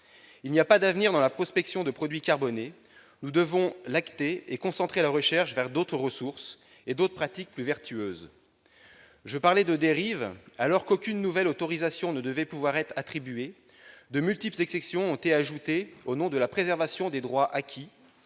Il n'y a pas d'avenir dans la prospection de produits carbonés. Nous devons l'acter et concentrer la recherche vers d'autres ressources et d'autres pratiques plus vertueuses. Je parlais de dérives : alors qu'aucune nouvelle autorisation ne devait pouvoir être attribuée, de multiples exceptions ont été ajoutées au nom de la préservation des droits acquis,